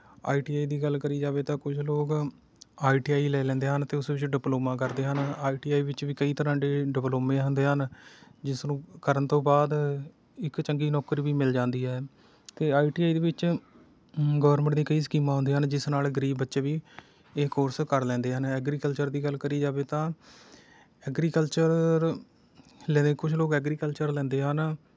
I T I ਦੀ ਗੱਲ ਕਰੀ ਜਾਵੇ ਤਾਂ ਕੁਝ ਲੋਕ ਆਈ ਟੀ ਆਈ ਲੈ ਲੈਂਦੇ ਹਨ ਅਤੇ ਉਸ ਵਿੱਚ ਡਿਪਲੋਮਾ ਕਰਦੇ ਹਨ ਆਈ ਟੀ ਆਈ ਵਿੱਚ ਵੀ ਕਈ ਤਰ੍ਹਾਂ ਦੇ ਡਿਪਲੋਮੇ ਹੁੰਦੇ ਹਨ ਜਿਸ ਨੂੰ ਕਰਨ ਤੋਂ ਬਾਅਦ ਇੱਕ ਚੰਗੀ ਨੌਕਰੀ ਵੀ ਮਿਲ ਜਾਂਦੀ ਹੈ ਅਤੇ ਆਈ ਟੀ ਆਈ ਦੇ ਵਿੱਚ ਗੌਰਮਿਟ ਦੀ ਕਈ ਸਕੀਮਾਂ ਹੁੰਦੀਆਂ ਹਨ ਜਿਸ ਨਾਲ ਗਰੀਬ ਬੱਚੇ ਵੀ ਇਹ ਕੋਰਸ ਕਰ ਲੈਂਦੇ ਹਨ ਐਗਰੀਕਲਚਰ ਦੀ ਗੱਲ ਕਰੀ ਜਾਵੇ ਤਾਂ ਐਗਰੀਕਲਚਰ ਲੈਂਦੇ ਕੁਝ ਲੋਕ ਐਗਰੀਕਲਚਰ ਲੈਂਦੇ ਹਨ